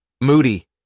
Moody